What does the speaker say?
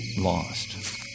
lost